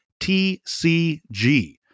TCG